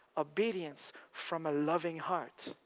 obedience from a loving heart